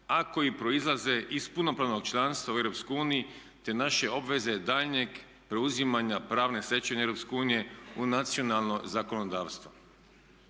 a koji proizlaze iz punopravnog članstva u EU te naše obveze daljnjeg preuzimanja pravne stečevine EU u nacionalno zakonodavstvo.